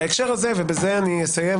בהקשר הזה אני רוצה להתייחס.